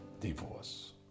divorce